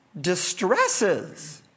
distresses